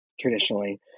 traditionally